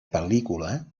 pel·lícula